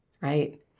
right